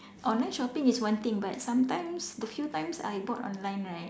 online shopping is one thing but sometimes the few times I bought online right